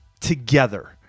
together